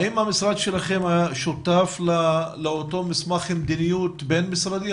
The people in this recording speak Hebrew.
האם המשרד שלכם היה שותף לאותו מסמך מדיניות בין-משרדי?